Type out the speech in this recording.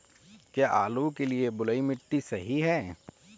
क्या आलू के लिए बलुई मिट्टी सही है?